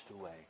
away